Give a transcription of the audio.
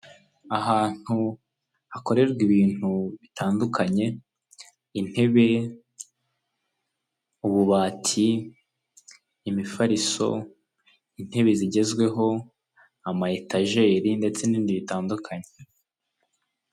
Ahantu hakorerwa ibintu bitandukanye intebe, ububati, imifariso, intebe zigezweho, ama etajeri ndetse n'ibindi bitandukanye.